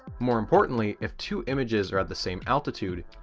more importantly, if two images are at the same altitude,